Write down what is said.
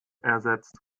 ersetzt